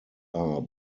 are